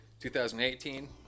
2018